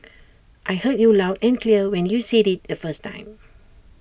I heard you loud and clear when you said IT the first time